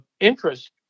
interest